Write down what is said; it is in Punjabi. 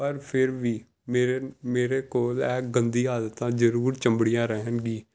ਪਰ ਫਿਰ ਵੀ ਮੇਰੇ ਮੇਰੇ ਕੋਲ ਇਹ ਗੰਦੀਆਂ ਆਦਤਾਂ ਜ਼ਰੂਰ ਚਿੰਬੜੀਆਂ ਰਹਿਣਗੀਆਂ